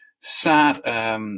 sad